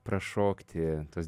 prašokti tuos